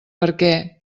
perquè